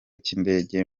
cy’indege